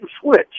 switch